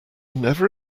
never